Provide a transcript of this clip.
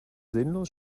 sinnlos